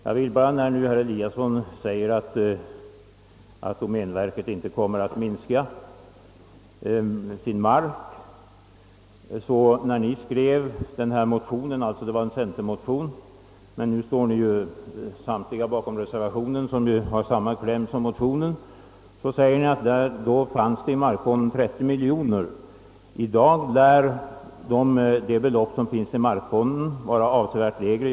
Jag vill nu bara med anledning av herr Eliassons yttrande att domänverkets arealer inte kommer att minska påpeka, att det i den föreliggande motionen — ursprungligen en centermotion, bakom vars kläm nu står samtliga reservanter under reservation nr 1 — uppges att markfonden omfattade 30 miljoner kronor. I dag lär beloppet vara avsevärt lägre.